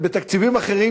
בתקציבים אחרים,